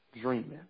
dreaming